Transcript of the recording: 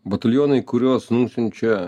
batalionai kuriuos nusiunčia